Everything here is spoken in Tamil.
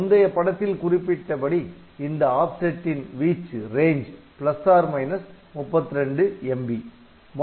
முந்தைய படத்தில் குறிப்பிட்டபடி இந்த ஆப்செட்டின் வீச்சு 32 MB